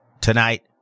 tonight